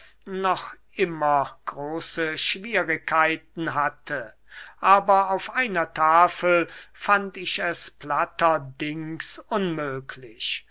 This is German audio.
noch immer große schwierigkeiten hatte aber auf einer tafel fand ich es platterdings unmöglich